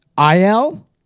IL